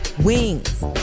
wings